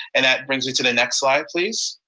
and that brings me to the next slide please.